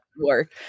work